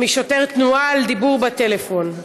משוטר תנועה על דיבור בטלפון.